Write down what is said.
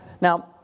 Now